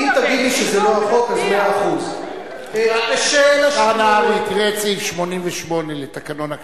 מי שמעוניין לממן רשתות חינוך שמפלות תלמידים על רקע עדתי,